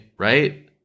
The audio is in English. right